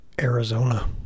Arizona